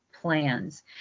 plans